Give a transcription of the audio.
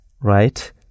right